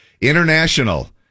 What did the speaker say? International